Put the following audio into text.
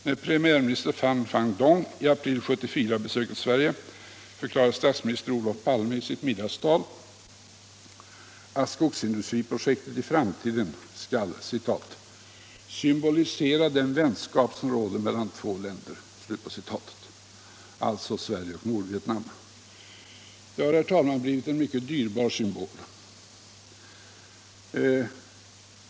När premiärminister Pham van Dong i april 1974 besökte Sverige förklarade statsminister Olof Palme i sitt middagstal att skogsindustriprojektet i framtiden skall ”symbolisera den vänskap som råder mellan våra två länder”. Alltså Sverige och Nordvietnam. Det har, herr talman, blivit en mycket dyrbar symbol.